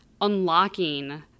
unlocking